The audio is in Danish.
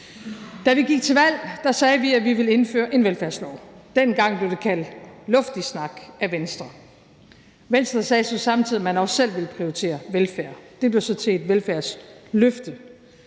Da vi gik til valg, sagde vi, at vi ville indføre en velfærdslov. Dengang blev det af Venstre kaldt luftig snak. Venstre sagde så samtidig, at man også selv ville prioritere velfærd. Det blev så til et velfærdsløfte.